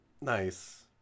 Nice